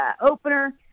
opener